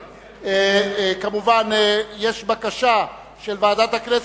מובן שיש בקשה של ועדת הכנסת,